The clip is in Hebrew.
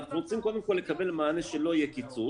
אנחנו רוצים קודם כל לקבל מענה שלא יהיה קיצוץ.